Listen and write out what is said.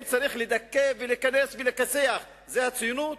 אם צריך לדכא, להיכנס ולכסח, זאת הציונות?